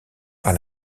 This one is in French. par